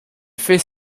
fait